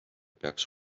peaks